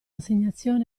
assegnazione